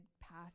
path